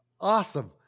Awesome